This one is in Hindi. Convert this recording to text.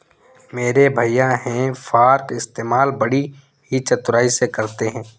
मेरे भैया हे फार्क इस्तेमाल बड़ी ही चतुराई से करते हैं